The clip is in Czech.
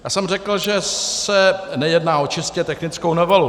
Já jsem řekl, že se nejedná o čistě technickou novelu.